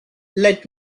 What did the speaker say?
let